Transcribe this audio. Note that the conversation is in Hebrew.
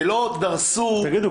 שלא דרסו --- תגידו,